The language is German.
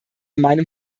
meinem